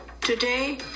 Today